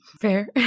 Fair